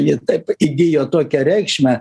ji taip įgijo tokią reikšmę